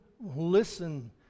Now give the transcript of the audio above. listen